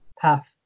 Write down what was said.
path